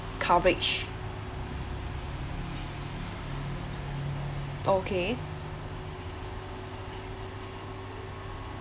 coverage okay